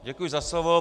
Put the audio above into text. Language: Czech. Děkuji za slovo.